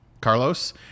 Carlos